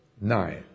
nine